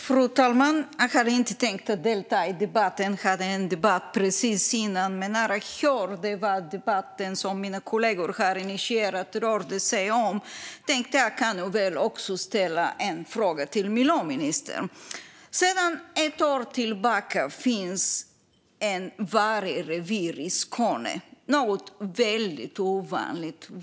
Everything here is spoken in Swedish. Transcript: Fru talman! Jag hade inte tänkt delta i den här debatten. Jag hade en debatt precis innan. Men när jag hörde vad debatten som mina kollegor har initierat rör sig om tänkte jag att jag väl också kan ställa en fråga till miljöministern. Sedan ett år tillbaka finns det ett vargrevir i Skåne, något som är väldigt ovanligt.